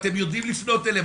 אתם יודעים לפנות אליהם,